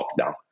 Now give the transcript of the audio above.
lockdown